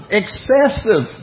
excessive